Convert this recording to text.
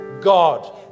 God